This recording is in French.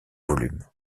volume